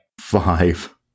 Five